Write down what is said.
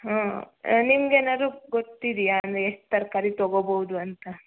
ಹೂಂ ನಿಮಗೇನಾರು ಗೊತ್ತಿದೆಯಾ ಅಂದರೆ ಎಷ್ಟು ತರಕಾರಿ ತೊಗೊಬೋದು ಅಂತ